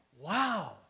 wow